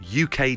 UK